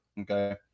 okay